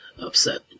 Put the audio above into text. upset